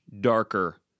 darker